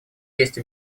есть